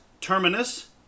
Terminus